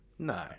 No